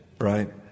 right